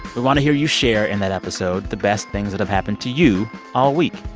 we want to hear you share in that episode the best things that have happened to you all week.